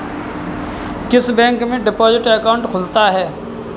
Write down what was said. किस बैंक में deposit account खुलता है?